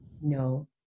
no